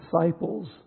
disciples